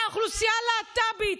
לאוכלוסייה הלהט"בית.